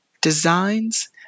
designs